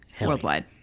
worldwide